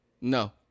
no